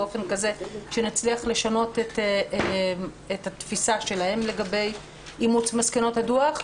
באופן כזה שנצליח לשנות את התפיסה שלהם לגבי אימוץ מסקנות הדוח.